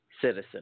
citizen